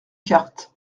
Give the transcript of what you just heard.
cartes